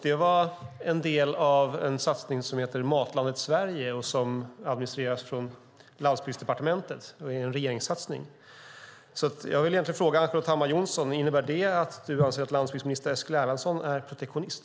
Det var en del av en satsning som heter Matlandet Sverige och som administreras från Landsbygdsdepartementet. Det är en regeringssatsning. Innebär det att du anser att landsbygdsminister Eskil Erlandsson är protektionist?